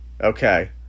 Okay